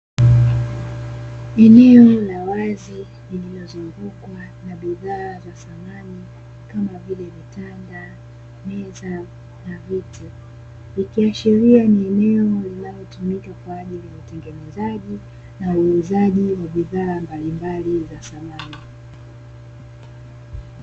Eneo la wazi lililozungukwa na bidhaa za samani kama vile vitanda, meza na viti ikiashiria ni eneo linalotumika kwa ajili ya utengenezaji na uuzaji wa bidhaa mbalimbali za samani.